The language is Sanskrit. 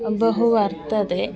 बहु वर्तते